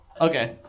Okay